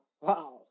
wow